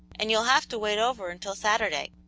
and you'll have to wait over until saturday,